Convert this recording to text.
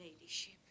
ladyship